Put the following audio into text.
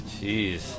Jeez